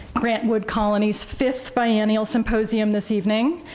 grant wood colony's fifth biennial symposium this evening,